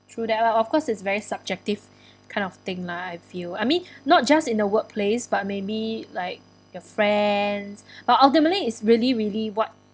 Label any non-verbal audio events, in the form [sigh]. true that lah of course is very subjective [breath] kind of thing lah I feel I mean [breath] not just in the workplace but maybe like your friends or ultimately is really really what